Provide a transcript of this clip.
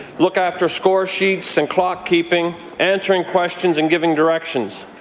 look after score sheets and clock-keeping, answering questions, and giving directions.